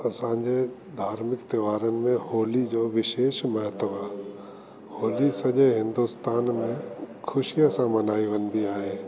असांजे धार्मिक त्योहारनि में होली जो विशेष महत्व आहे होली सॼे हिंदुस्तान में ख़ुशीअ सां मल्हाई वेंदी आहे